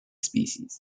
species